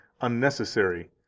unnecessary